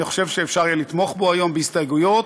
אני חושב שאפשר יהיה לתמוך בו היום, בהסתייגויות,